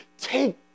Take